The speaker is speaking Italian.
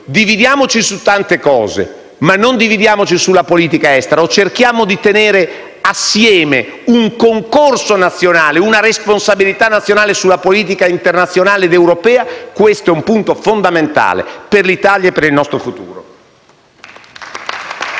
dividiamoci su tante cose, ma non sulla politica estera o cerchiamo di tenere assieme un concorso nazionale, una responsabilità nazionale sulla politica internazionale ed europea, perché questo è un punto fondamentale per l'Italia e per il nostro futuro. *(Applausi